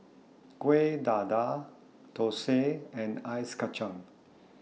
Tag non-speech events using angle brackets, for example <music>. Kuih Dadar Thosai and Ice <unintelligible>